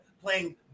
playing